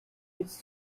its